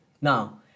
now